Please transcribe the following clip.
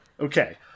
Okay